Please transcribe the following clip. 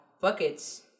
buckets